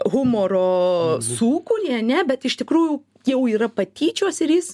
humoro sūkurį ane bet iš tikrųjų jau yra patyčios ir jis